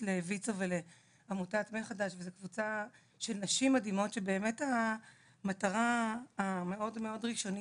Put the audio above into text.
לויצו ולעמותת מחדש שבאמת המטרה של הקבוצה הזו המאוד ראשונית,